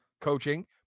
Coaching